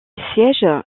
sièges